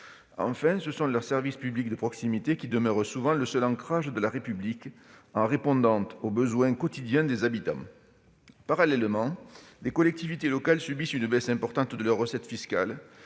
Enfin, ce sont leurs services publics de proximité qui demeurent souvent le seul ancrage de la République, en répondant aux besoins quotidiens des habitants. Parallèlement, les collectivités locales subissent une baisse importante de leurs recettes fiscales,